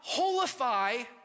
holify